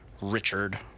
Richard